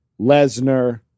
Lesnar